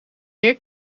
meer